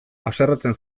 haserretzen